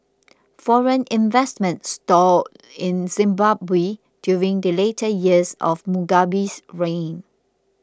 foreign investment stalled in Zimbabwe during the later years of Mugabe's reign